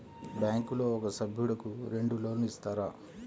బ్యాంకులో ఒక సభ్యుడకు రెండు లోన్లు ఇస్తారా?